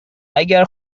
اگر